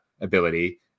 ability